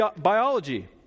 biology